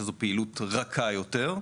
שזו פעילות רכה יותר,